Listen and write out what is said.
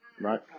right